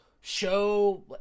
show